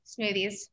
smoothies